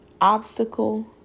obstacle